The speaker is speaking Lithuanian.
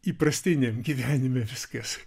įprastiniam gyvenime viskas